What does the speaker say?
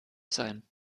sein